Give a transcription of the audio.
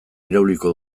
irauliko